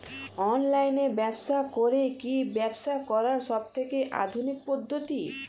Online ব্যবসা করে কি ব্যবসা করার সবথেকে আধুনিক পদ্ধতি?